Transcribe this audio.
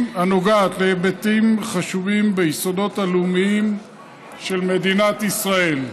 הנוגעת להיבטים חשובים ביסודות הלאומיים של מדינת ישראל.